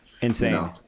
Insane